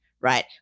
right